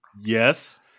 Yes